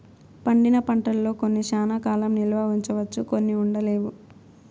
పండిన పంటల్లో కొన్ని శ్యానా కాలం నిల్వ ఉంచవచ్చు కొన్ని ఉండలేవు